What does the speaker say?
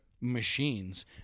machines